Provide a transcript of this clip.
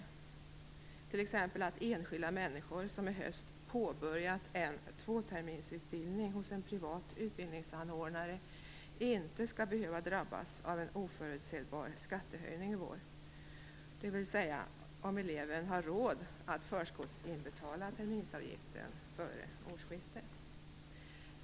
Det gäller t.ex. de enskilda människor som i höst påbörjat en tvåterminsutbildning hos en privat utbildningsanordnare. De skall inte behöva drabbas av en oförutsebar skattehöjning i vår - dvs. om eleven har råd att förskottsinbetala terminsavgiften före årsskiftet.